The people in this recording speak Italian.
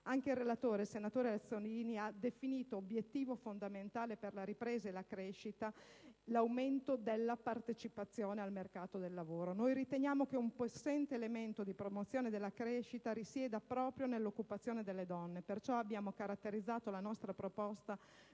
Anche il relatore, senatore Azzollini, ha definito obiettivo fondamentale per la ripresa della crescita l'aumento della partecipazione al mercato del lavoro. Noi riteniamo che un possente elemento di promozione della crescita risieda proprio nell'occupazione delle donne, perciò abbiamo caratterizzato la nostra proposta